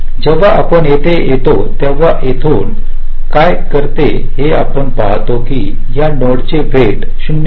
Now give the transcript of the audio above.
जेव्हा आपण येथे येता तेव्हा मी येथून काय करीत आहे हे आपण पाहतो की या नोडचे वेट 0